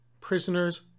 Prisoners